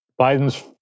Biden's